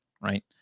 right